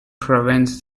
prevents